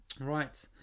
Right